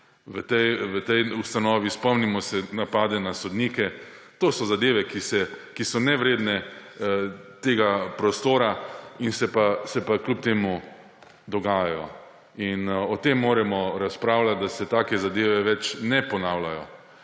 v tej ustanovi, spomnimo se napadov na sodnike. To so zadeve, ki so nevredne tega prostora, se pa kljub temu dogajajo. In o tem moramo razpravljati, da se take zadeve več ne ponavljajo.